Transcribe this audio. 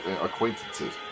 acquaintances